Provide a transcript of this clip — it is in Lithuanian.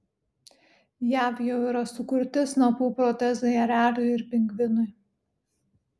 jav jau yra sukurti snapų protezai ereliui ir pingvinui